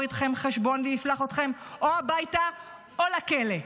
איתכם חשבון וישלח אתכם או הביתה או לכלא,